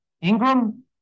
ingram